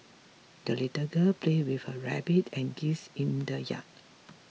the little girl played with her rabbit and geese in the yard